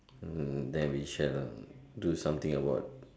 hmm then we share uh do something about